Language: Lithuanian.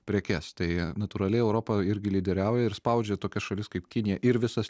prekes tai natūraliai europa irgi lyderiauja ir spaudžia tokias šalis kaip kinija ir visas